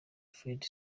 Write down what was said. fred